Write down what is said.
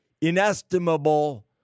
inestimable